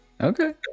Okay